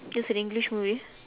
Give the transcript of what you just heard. is an English movie